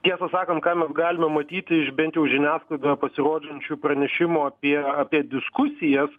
tiesą sakant ką mes galime matyti iš bent jau žiniasklaidoje pasirodžinčių pranešimų apie apie diskusijas